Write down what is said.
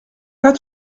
pas